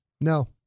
No